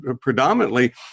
predominantly